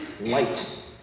light